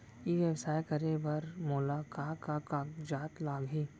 ई व्यवसाय करे बर मोला का का कागजात लागही?